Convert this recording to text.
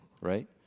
right